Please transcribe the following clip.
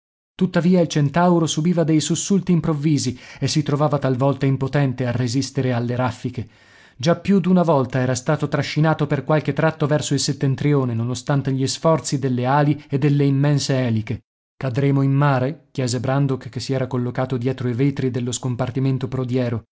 tuttavia il centauro subiva dei sussulti improvvisi e si trovava talvolta impotente a resistere alle raffiche già più d'una volta era stato trascinato per qualche tratto verso il settentrione nonostante gli sforzi delle ali e delle immense eliche cadremo in mare chiese brandok che si era collocato dietro i vetri dello scompartimento prodiero